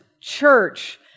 church